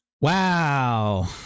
Wow